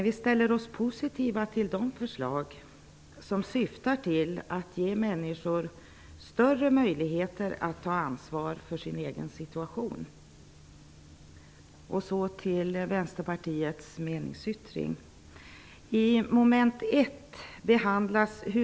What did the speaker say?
Vi ställer oss dock positiva till de förslag som syftar till att ge människor större möjligheter att ta ansvar för sin egen situation. Så till Vänsterpartiets meningsyttring.